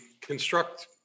construct